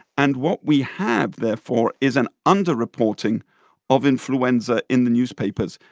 and what we have, therefore, is an underreporting of influenza in the newspapers.